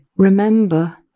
remember